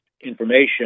information